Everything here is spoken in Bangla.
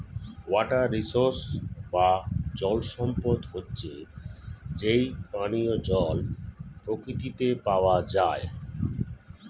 ওয়াটার রিসোর্স বা জল সম্পদ হচ্ছে যেই পানিও জল প্রকৃতিতে পাওয়া যায়